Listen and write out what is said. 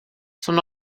són